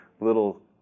little